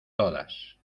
todas